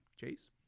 chase